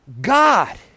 God